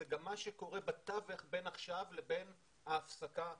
אלא גם מה קורה בתווך שבין עכשיו לבין ההפסקה המתוכננת.